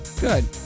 good